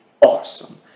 awesome